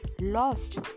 lost